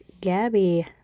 Gabby